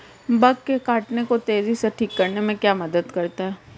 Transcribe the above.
Bug के काटने को तेजी से ठीक करने में क्या मदद करता है?